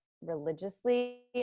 religiously